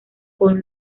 con